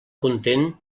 content